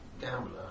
gambler